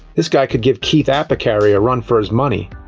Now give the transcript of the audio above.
this guy could give keith apicary a run for his money.